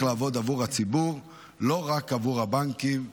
לעבוד עבור הציבור ולא רק עבור הבנקים,